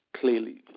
clearly